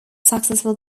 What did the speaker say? successful